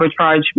arbitrage